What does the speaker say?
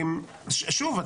שוב,